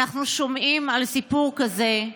אנחנו שומעים על סיפור כזה,